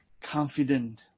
confident